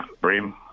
Brim